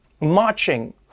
marching